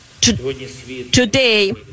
Today